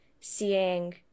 seeing